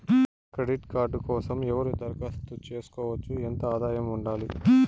Credit card కోసం ఎవరు దరఖాస్తు చేసుకోవచ్చు? ఎంత ఆదాయం ఉండాలి?